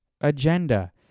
Agenda